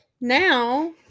now